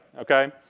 okay